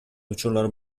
учурлар